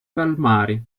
palmari